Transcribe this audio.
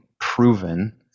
proven